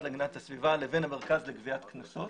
להגנת הסביבה לבין המרכז לגביית קנסות